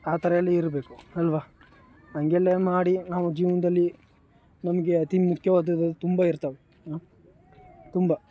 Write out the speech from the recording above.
ಆ ಥರ ಎಲ್ಲಿ ಇರಬೇಕು ಅಲ್ವ ಹಂಗೆಲ್ಲ ಮಾಡಿ ನಾವು ಜೀವನದಲ್ಲಿ ನಮಗೆ ಅತಿ ಮುಖ್ಯವಾದದ್ದು ತುಂಬ ಇರ್ತವೆ ಹಾಂ ತುಂಬ